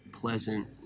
pleasant